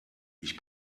ich